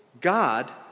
God